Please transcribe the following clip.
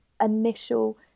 initial